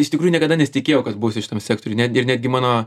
iš tikrųjų niekada nesitikėjau kad būsiu šitam sektoriui net ir netgi mano